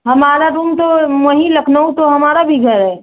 हमारा रूम तो वहीं लखनऊ तो हमारा भी घर है